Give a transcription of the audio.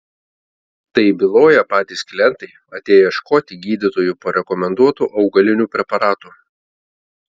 tai byloja patys klientai atėję ieškoti gydytojų parekomenduotų augalinių preparatų